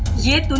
yes,